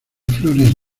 flores